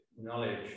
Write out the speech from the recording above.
knowledge